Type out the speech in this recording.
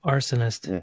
Arsonist